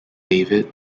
david